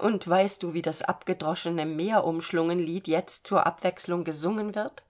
und weißt du wie das abgedroschene meerumschlungen lied jetzt zur abwechselung gesungen wird